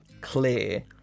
clear